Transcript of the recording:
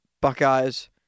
Buckeyes